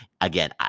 again